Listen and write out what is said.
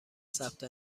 ثبت